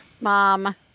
Mom